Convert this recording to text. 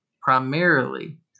primarily